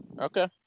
okay